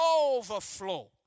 overflow